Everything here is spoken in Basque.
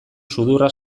sudurra